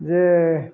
ଯେ